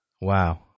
Wow